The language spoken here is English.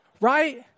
Right